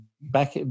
back